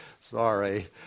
sorry